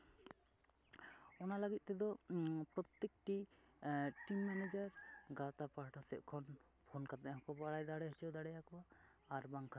ᱚᱱᱟ ᱞᱟᱹᱜᱤᱫ ᱛᱮᱫᱚ ᱯᱨᱚᱛᱛᱮᱠᱴᱤ ᱴᱤᱢ ᱢᱮᱱᱮᱡᱟᱨ ᱜᱟᱶᱛᱟ ᱯᱟᱦᱴᱟ ᱥᱮᱫ ᱠᱷᱚᱱ ᱯᱷᱳᱱ ᱠᱟᱛᱮ ᱦᱚᱸᱠᱚ ᱵᱟᱲᱟᱭ ᱫᱟᱲᱮ ᱦᱚᱪᱚ ᱫᱟᱲᱮᱭᱟᱠᱚᱣᱟ ᱟᱨ ᱵᱟᱝᱠᱷᱟᱱ ᱫᱚ